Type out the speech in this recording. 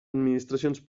administracions